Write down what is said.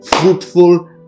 fruitful